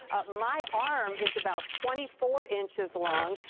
my arm is about twenty four inches long.